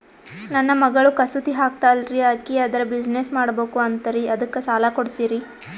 ನನ್ನ ಮಗಳು ಕಸೂತಿ ಹಾಕ್ತಾಲ್ರಿ, ಅಕಿ ಅದರ ಬಿಸಿನೆಸ್ ಮಾಡಬಕು ಅಂತರಿ ಅದಕ್ಕ ಸಾಲ ಕೊಡ್ತೀರ್ರಿ?